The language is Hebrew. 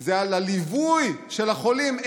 זה על הליווי של החולים.